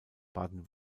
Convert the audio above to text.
baden